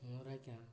ମୋର୍ ଆଜ୍ଞା